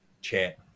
chat